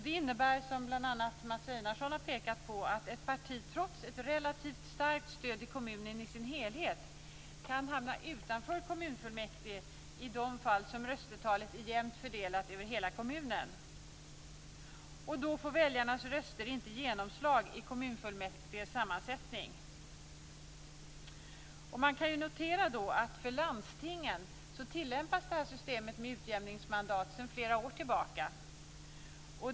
Det innebär, som bl.a. Mats Einarsson har pekat på, att ett parti trots ett relativt starkt stöd i kommunen i sin helhet kan hamna utanför kommunfullmäktige i de fall som röstetalet är jämnt fördelat över hela kommunen. Då får väljarnas röster inte genomslag i kommunfullmäktiges sammansättning. Man kan notera att systemet med utjämningsmandat tillämpas i landstingen sedan flera år tillbaka.